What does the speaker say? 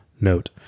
note